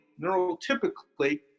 neurotypically